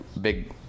big